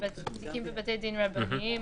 בתיקים בבתי דין רבניים.